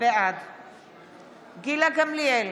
יואב גלנט, בעד גילה גמליאל,